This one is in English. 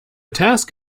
task